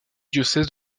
diocèse